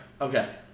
Okay